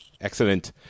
Excellent